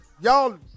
Y'all –